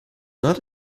not